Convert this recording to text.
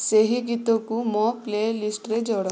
ସେହି ଗୀତକୁ ମୋ ପ୍ଲେଲିଷ୍ଟରେ ଯୋଡ଼